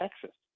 Texas